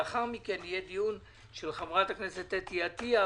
לאחר מכן יהיה דיון על פי הצעת חברת הכנסת אתי עטיה,